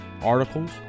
articles